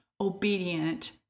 obedient